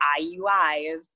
IUIs